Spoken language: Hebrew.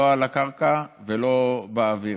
לא על הקרקע ולא באוויר.